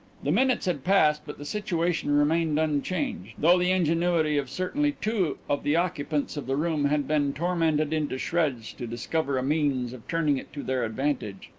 the minutes had passed but the situation remained unchanged, though the ingenuity of certainly two of the occupants of the room had been tormented into shreds to discover a means of turning it to their advantage.